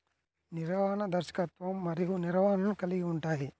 నిర్వహణ, దర్శకత్వం మరియు నిర్వహణను కలిగి ఉంటాయి